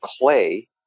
clay